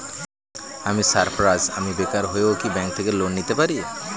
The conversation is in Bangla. আমি সার্ফারাজ, আমি বেকার হয়েও কি ব্যঙ্ক থেকে লোন নিতে পারি?